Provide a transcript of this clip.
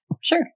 Sure